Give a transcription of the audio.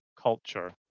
culture